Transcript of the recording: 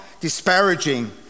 disparaging